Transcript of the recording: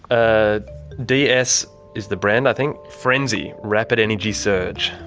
ah ds is the brand i think. frenzy, rapid energy surge.